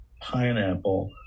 pineapple